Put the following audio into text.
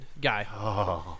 guy